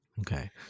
Okay